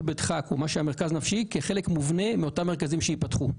בדחק או מה שהיה מרכז נפשי כחלק מובנה מאותם מרכזים שייפתחו.